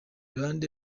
bande